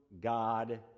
God